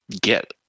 get